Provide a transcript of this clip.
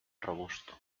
robusto